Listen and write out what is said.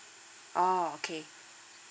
oh okay